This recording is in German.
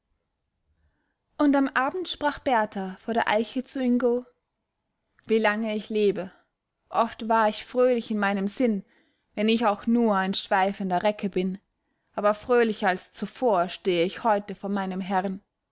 und am abend sprach berthar vor der eiche zu ingo wie lange ich lebe oft war ich fröhlich in meinem sinn wenn ich auch nur ein schweifender recke bin aber fröhlicher als zuvor stehe ich heut vor meinem herrn